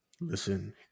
listen